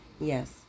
Yes